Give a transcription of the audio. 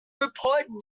report